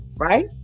Right